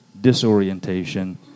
disorientation